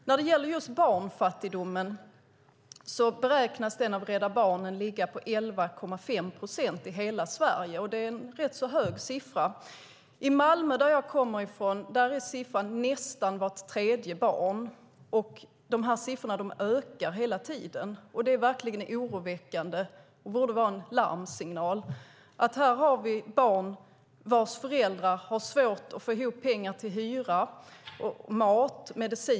När det gäller just barnfattigdomen beräknas den av Rädda Barnen ligga på 11,5 procent i hela Sverige. Det är en rätt hög siffra. I Malmö, som jag kommer ifrån, är siffran nästan vart tredje barn. Dessa siffror ökar också hela tiden. Det är verkligen oroväckande och borde vara en larmsignal: Här har vi barn vars föräldrar har svårt att få ihop pengar till hyra, mat och mediciner.